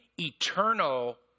eternal